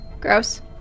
Gross